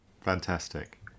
Fantastic